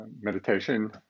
meditation